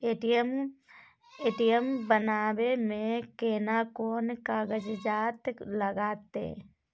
ATM बनाबै मे केना कोन कागजात लागतै?